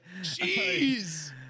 jeez